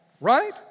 right